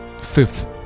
Fifth